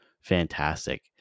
fantastic